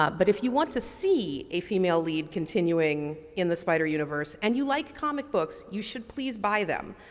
ah but if you want to see a female lead continuing in the spider universe and you like comic books you should please buy them.